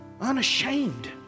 Unashamed